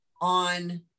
on